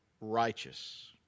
righteous